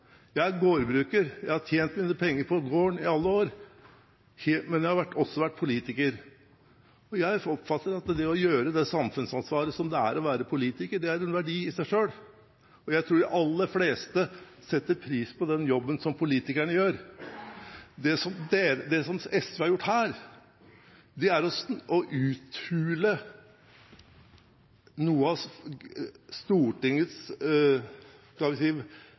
Jeg er gårdbruker, jeg har tjent mine penger på gården i alle år. Men jeg har også vært politiker, og jeg oppfatter at det å påta seg det samfunnsansvaret det er å være politiker, er en verdi i seg selv. Og jeg tror de aller fleste setter pris på den jobben som politikerne gjør. Det som SV har gjort her, er å uthule noe av – jeg holdt på å si – Stortingets verdighet. Man skal